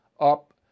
up